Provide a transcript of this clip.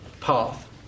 path